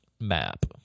map